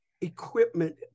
equipment